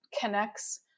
connects